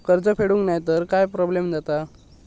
कर्ज फेडूक नाय तर काय प्रोब्लेम जाता?